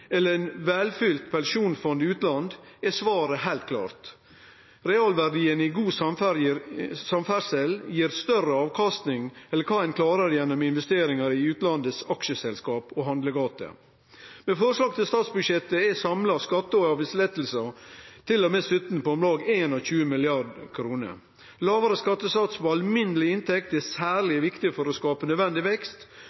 eller eit velfylt pensjonsfond utland, er svaret heilt klart: Realverdien i god samferdsel gir større avkastning enn det ein klarer å få gjennom investeringar i aksjeselskap og handlegater i utlandet. I forslaget til statsbudsjett er dei samla skatte- og avgiftslettane til og med 2017 på om lag 21 mrd. kr. Lågare skattesats på alminneleg inntekt er